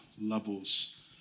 levels